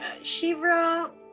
Shivra